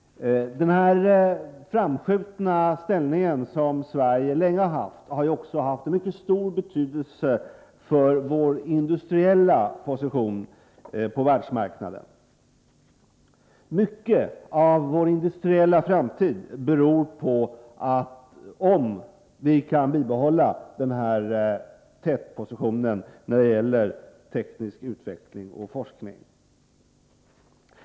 Denna framskjutna ställning, som Sverige länge har haft, har också haft mycket stor betydelse för vår industriella position på världsmarknaden. Vår industriella framtid beror mycket på om vi kan bibehålla denna tätposition när det gäller teknisk utveckling och forskning.